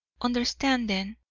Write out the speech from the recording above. understand, then,